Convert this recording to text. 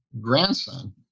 grandson